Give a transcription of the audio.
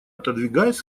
отодвигаясь